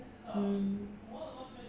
hmm